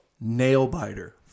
nail-biter